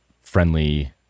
friendly